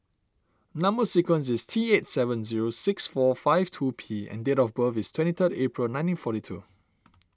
Number Sequence is T eight seven zero six four five two P and date of birth is twenty third April nineteen forty two